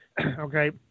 Okay